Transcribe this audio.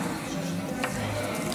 בבקשה.